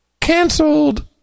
Cancelled